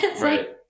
Right